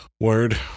Word